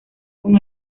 con